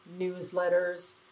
newsletters